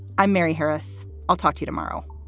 i'm mary harris. i'll talk to tomorrow